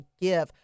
give